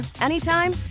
anytime